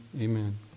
amen